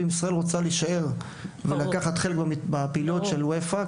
ואם ישראל רוצה להישאר ולקחת חלק בפעילות של UEFA,